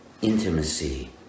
intimacy